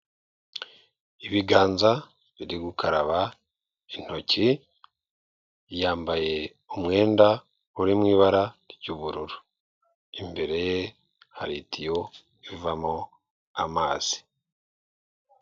Ibiganza biri gukaraba intoki, yambaye umwenda uri mu ibara ry'ubururu, imbere ye hari itiyo ivamo amazi.